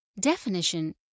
Definition